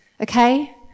Okay